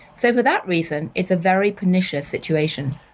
so for that reason, it's a very pernicious situation.